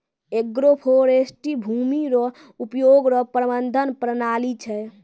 agroforestry भूमी रो उपयोग रो प्रबंधन प्रणाली छै